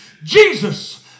Jesus